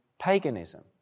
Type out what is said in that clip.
paganism